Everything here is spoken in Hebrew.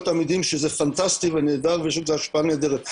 עמידים שזה פנטסטי ונהדר ויש לזה השפעה נהדרת.